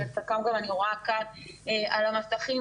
שאת חלקם גם אני רואה כאן על המסכים,